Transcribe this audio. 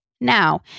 Now